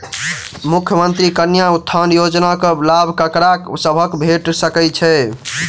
मुख्यमंत्री कन्या उत्थान योजना कऽ लाभ ककरा सभक भेट सकय छई?